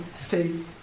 stay